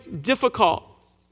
difficult